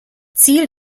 ziel